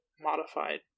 modified